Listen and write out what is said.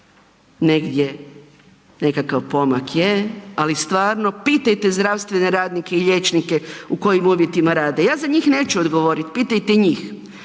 negdje nekakav pomak je, ali stvarno pitajte zdravstvene radnike i liječnike u kojim uvjetima rade, ja za njih neću odgovorit, pitajte njih.